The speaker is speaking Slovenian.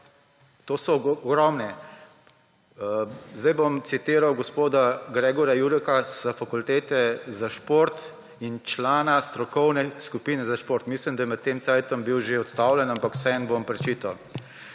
šport. Ogromno. Zdaj bom citiral gospoda Gregorja Juraka s Fakultete za šport in člana strokovne skupine za šport. Mislim, da je bil med tem časom že odstavljen, ampak vseeno bom prečital.